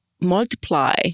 multiply